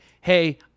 hey